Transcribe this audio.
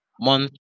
month